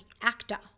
actor